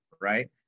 right